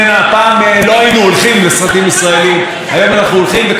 וכמובן גם זוכה בפרסים בחו"ל ומייצגת את ישראל בחו"ל.